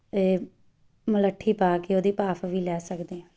ਇਹ ਮੁਲੱਠੀ ਪਾ ਕੇ ਉਹਦੀ ਭਾਫ਼ ਵੀ ਲੈ ਸਕਦੇ ਹਾਂ